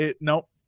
nope